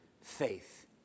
faith